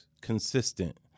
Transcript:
consistent